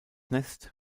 nest